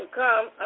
come